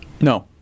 No